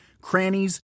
crannies